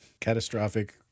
Catastrophic